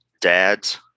dads